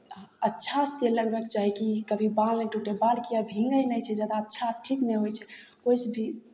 अच्छासँ तेल लगबयके चाही कि कभी बाल नहि टूटय बाल किएक भीगै नहि छै जादा अच्छा ठीक नहि होइ छै ओहिसँ भी